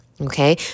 Okay